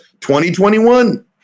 2021